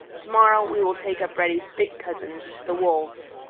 to-morrow we will take up reddy's big cousins, the wolves.